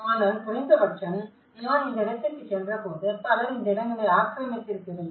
ஆனால் குறைந்தபட்சம் நான் இந்த இடத்திற்குச் சென்றபோது பலர் இந்த இடங்களை ஆக்கிரமித்திருக்கவில்லை